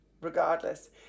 regardless